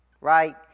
right